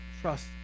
Trust